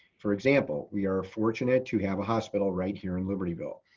for example, we are fortunate to have a hospital right here in libertyville.